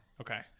okay